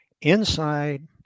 Inside